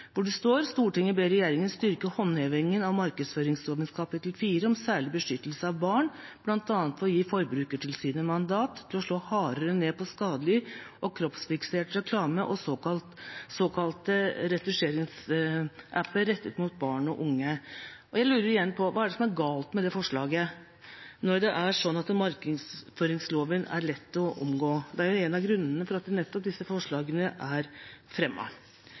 hvor det står: «Stortinget ber regjeringen styrke håndhevingen av markedsføringslovens kapittel 4 om særlig beskyttelse av barn, blant annet ved å gi Forbrukertilsynet mandat til å slå hardere ned på skadelig og kroppsfiksert reklame og såkalte retusjeringsapper rettet mot barn og unge.» Jeg lurer igjen på: Hva er det som er galt med dette forslaget når det er sånn at markedsføringsloven er lett å omgå? Det er jo en av grunnene til at nettopp disse forslagene er